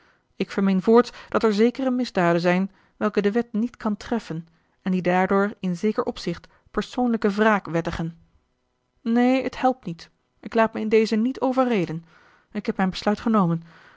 ik vermeen voorts dat er zekere misdaden zijn welke de wet niet kan treffen en die daardoor in zeker opzicht persoonlijke wraak wettigen neen het helpt niet ik laat mij in deze niet overreden ik heb mijn besluit genomen